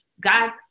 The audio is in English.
God